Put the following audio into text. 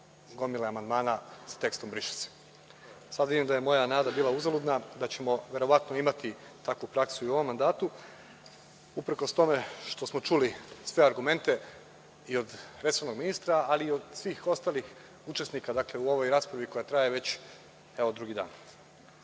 gomile amandmana sa tekstom „briše se“. Sada vidim da je moja nada bila uzaludna, da ćemo verovatno imati takvu praksu i u ovom mandatu, uprkos tome što smo čuli sve argumente i od resornog ministra, ali i od svih ostalih učesnika u ovoj raspravi, koja traje već evo drugi